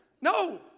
No